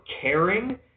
caring